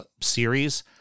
series